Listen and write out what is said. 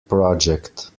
project